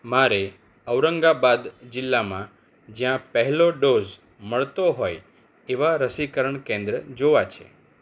મારે ઔરંગાબાદ જિલ્લામાં જ્યાં પહેલો ડોઝ મળતો હોય એવાં રસીકરણ કેન્દ્ર જોવાં છે